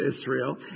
Israel